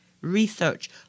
Research